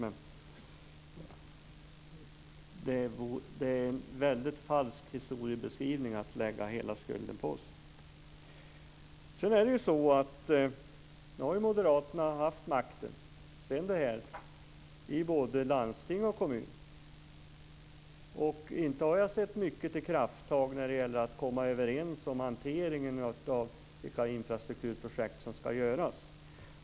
Men det är en väldigt falsk historiebeskrivning att lägga hela skulden på oss. Moderaterna har haft makten i både landsting och kommun, och inte har jag sett mycket till krafttag när det gäller att komma överens om hanteringen av vilka infrastrukturprojekt som ska göras.